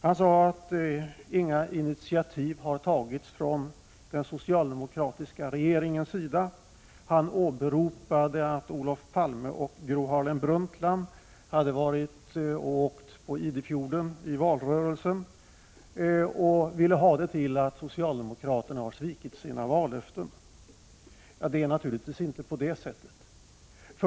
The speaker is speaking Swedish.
Han sade att inga initiativ har tagits från den socialdemokratiska regeringens sida. Han åberopade att Olof Palme och Gro Harlem Brundtland hade varit ute och åkt på Idefjorden i valrörelsen och ville ha det till att socialdemokraterna har svikit sina vallöften. Det är naturligtvis inte på det sättet.